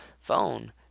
phone